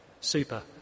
Super